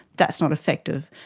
that's not effective.